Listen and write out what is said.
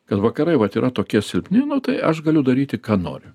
kad vakarai vat yra tokie silpni nu tai aš galiu daryti ką noriu